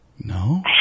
no